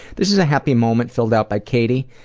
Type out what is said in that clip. this is a happy moment filled out by katie,